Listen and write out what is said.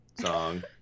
song